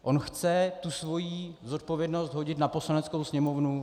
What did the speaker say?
On chce tu svoji zodpovědnost hodit na Poslaneckou sněmovnu.